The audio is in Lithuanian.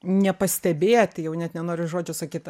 nepastebėt jau net nenoriu žodžio sakyt